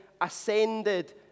ascended